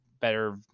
better